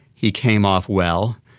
he came off well,